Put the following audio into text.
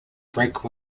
brake